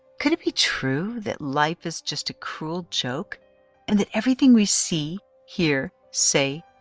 could it be true that life is just a cruel joke and that everything we see, here, say,